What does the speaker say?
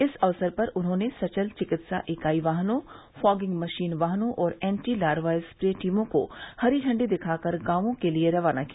इस अवसर पर उन्होंने सचल चिकित्सा इकाई वाहनों फागिंग मशीन वाहनों और एन्टी लार्वा स्प्रे टीमों को हरी झण्डी दिखाकर गॉवों के लिए रवाना किया